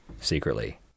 secretly